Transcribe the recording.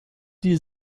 die